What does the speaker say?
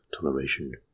toleration